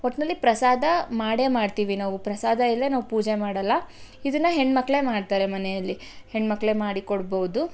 ಒಟ್ಟಿನಲ್ಲಿ ಪ್ರಸಾದ ಮಾಡೇ ಮಾಡ್ತೀವಿ ನಾವು ಪ್ರಸಾದ ಇಲ್ಲದೇ ನಾವು ಪೂಜೆ ಮಾಡಲ್ಲ ಇದನ್ನು ಹೆಣ್ಣು ಮಕ್ಕಳೆ ಮಾಡ್ತಾರೆ ಮನೆಯಲ್ಲಿ ಹೆಣ್ಣು ಮಕ್ಕಳೆ ಮಾಡಿ ಕೊಡ್ಬೋದು